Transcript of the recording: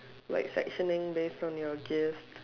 like sectioning away from your gears